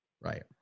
Right